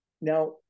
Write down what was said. Now